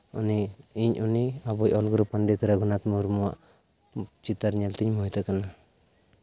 ᱩᱱᱤ ᱤᱧ ᱩᱱᱤ ᱟᱵᱚᱭᱤᱡᱽ ᱚᱞ ᱜᱩᱨᱩ ᱯᱚᱱᱰᱤᱛ ᱨᱚᱜᱷᱩᱱᱟᱛᱷ ᱢᱩᱨᱢᱩᱣᱟᱜ ᱪᱤᱛᱟᱹᱨ ᱧᱮᱞᱛᱤᱧ ᱢᱩᱦᱤᱛᱟᱠᱟᱱᱟ